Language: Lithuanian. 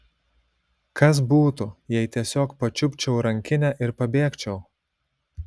kas būtų jei tiesiog pačiupčiau rankinę ir pabėgčiau